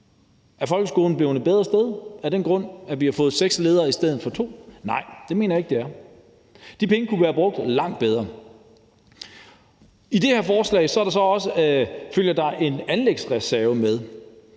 Er folkeskolen blevet et bedre sted af den grund, at vi har fået seks ledere i stedet for to? Nej, det mener jeg ikke den er. De penge kunne være brugt langt bedre. I det her forslag følger der så også en anlægsreserve med.